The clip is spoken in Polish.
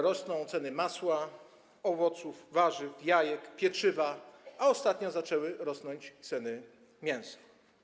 Rosną ceny masła, owoców, warzyw, jajek, pieczywa, a ostatnio zaczęły rosnąć ceny mięsa.